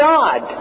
God